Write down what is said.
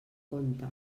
compte